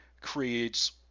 creates